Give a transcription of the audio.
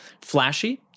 flashy